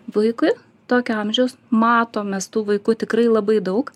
vaikui tokio amžiaus matom mes tų vaikų tikrai labai daug